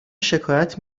شکایت